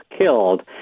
killed